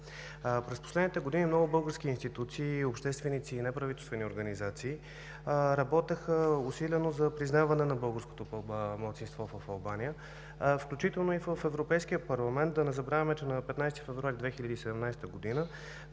През последните години много български институции, общественици и неправителствени организации работеха усилено за признаване на българското малцинство в Албания, включително и в Европейския парламент. Да не забравяме, че на 15 февруари 2017 г.